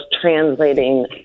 translating